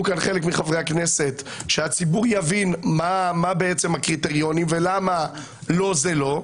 כאן חלק מחברי הכנסת שהציבור יבין מה בעצם הקריטריונים ולמה לא זה לא,